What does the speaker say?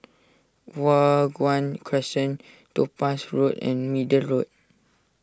Hua Guan Crescent Topaz Road and Middle Road